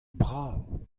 brav